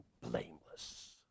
blameless